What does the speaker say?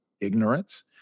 ignorance